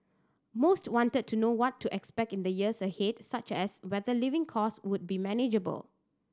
most wanted to know what to expect in the years ahead such as whether living cost would be manageable